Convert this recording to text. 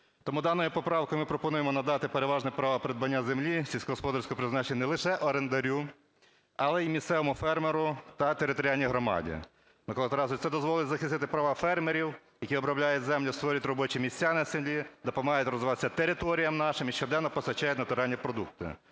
Тому даною поправкою ми пропонуємо надати переважне право придбання землі сільськогосподарського призначення не лише орендарю, але й місцевому фермеру та територіальній громаді. Миколо Тарасовичу, це дозволить захистити права фермерів, які обробляють землю, створюють робочі місця на селі, допомагають розвиватися територіям нашим і щоденно постачають натуральні продукти.